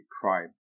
crime